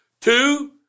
Two